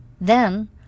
Then